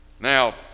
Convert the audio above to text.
Now